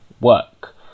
work